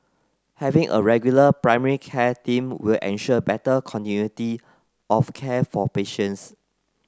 having a regular primary care team will ensure better continuity of care for patients